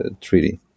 treaty